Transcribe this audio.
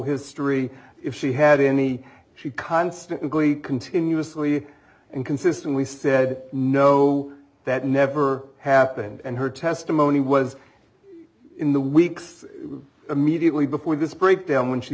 history if she had any she constantly continuously and consistently said no that never happened and her testimony was in the weeks immediately before this breakdown when she